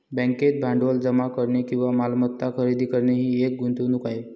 बँकेत भांडवल जमा करणे किंवा मालमत्ता खरेदी करणे ही एक गुंतवणूक आहे